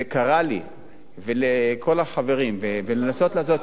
וקרא לי ולכל החברים, לנסות לעשות,